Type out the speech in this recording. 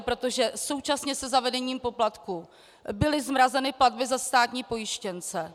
Protože současně se zavedením poplatků byly zmrazeny platby za státní pojištěnce.